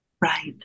Right